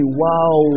wow